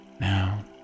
Now